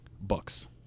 Books